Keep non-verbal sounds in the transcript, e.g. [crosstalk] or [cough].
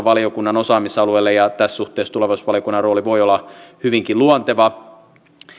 [unintelligible] valiokunnan osaamisalueelle tässä suhteessa tulevaisuusvaliokunnan rooli voi olla hyvinkin luonteva